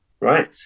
right